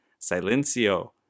Silencio